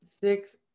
six